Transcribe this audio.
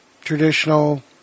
traditional